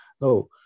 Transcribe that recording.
no